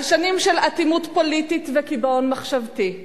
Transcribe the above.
על שנים של אטימות פוליטית וקיבעון מחשבתי,